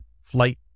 flight